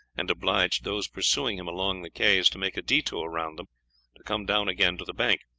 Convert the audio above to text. and obliged those pursuing him along the quays to make a detour round them to come down again to the bank.